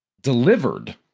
delivered